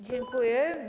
Dziękuję.